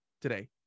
today